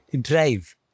drive